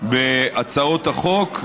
בהצעות החוק,